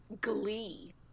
glee